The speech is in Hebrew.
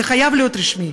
זה חייב להיות רשמי,